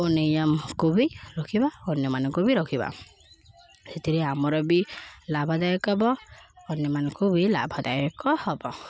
ଓ ନିୟମକୁ ବି ରଖିବା ଅନ୍ୟମାନଙ୍କୁ ବି ରଖିବା ସେଥିରେ ଆମର ବି ଲାଭଦାୟକ ହବ ଅନ୍ୟମାନଙ୍କୁ ବି ଲାଭଦାୟକ ହବ